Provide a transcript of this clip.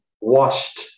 washed